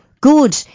Good